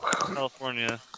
California